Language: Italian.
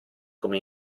come